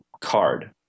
card